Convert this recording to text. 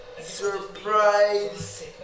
surprise